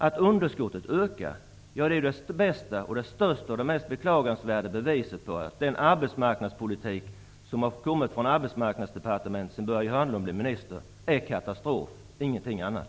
Att underskottet ökar är det största och mest beklagansvärda beviset för att den arbetsmarknadspolitik som har kommit från arbetsmarknadsdepartementet sedan Börje Hörnlund blev minister är en katastrof, och ingenting annat.